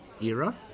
era